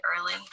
early